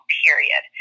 period